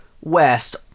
west